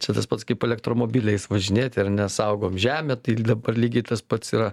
čia tas pats kaip elektromobiliais važinėti ar ne saugom žemę tai dabar lygiai tas pats yra